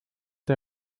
der